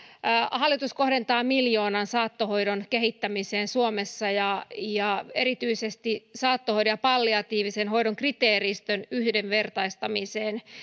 hallitus kohdentaa miljoonan saattohoidon kehittämiseen suomessa ja ja erityisesti saattohoidon ja palliatiivisen hoidon kriteeristön yhdenvertaistamiseen